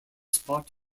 spot